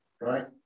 right